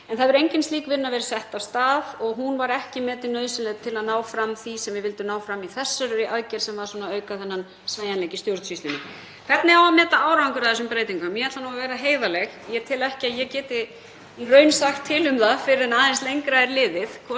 en það hefur engin slík vinna verið sett af stað og hún var ekki metin nauðsynleg til að ná fram því sem við vildum ná fram í þessari aðgerð, sem var að auka þennan sveigjanleika í stjórnsýslunni. Hvernig á að meta árangur af þessum breytingum? Ég ætla að vera heiðarleg, ég tel ekki að ég geti í raun sagt til um það fyrr en aðeins lengra er liðið,